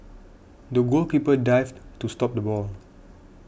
the goalkeeper dived to stop the ball